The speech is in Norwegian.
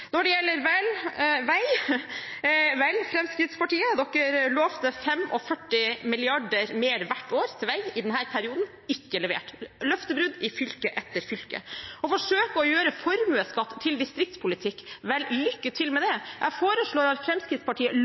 Når det gjelder vei: Fremskrittspartiet lovte 45 mrd. kr mer til vei hvert år i denne perioden. Det er ikke levert – løftebrudd i fylke etter fylke. Og når det gjelder å forsøke å gjøre formuesskatt til distriktspolitikk, vel, lykke til med det. Jeg foreslår at Fremskrittspartiet